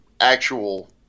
actual